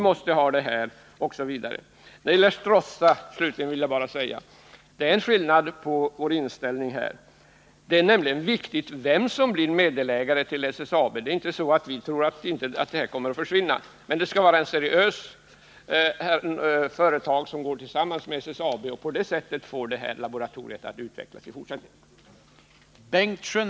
När det gäller Stråssa vill jag bara säga att vi har en annan inställning. Det är nämligen viktigt vem som blir meddelägare till SSAB. Det skall vara ett seriöst företag som går samman med SSAB och på det sättet får laboratoriet att utvecklas i fortsättningen.